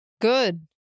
good